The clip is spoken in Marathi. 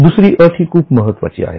दुसरी अट ही खूप महत्त्वाची आहे